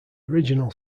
original